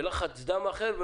לחץ דם אחר,